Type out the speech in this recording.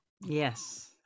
Yes